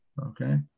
okay